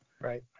Right